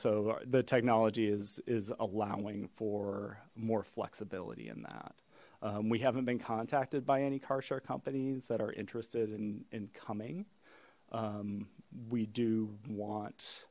so the technology is is allowing for more flexibility in that we haven't been contacted by any car share companies that are interested in in coming we do wa